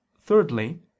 Thirdly